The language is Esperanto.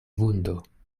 vundo